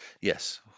yes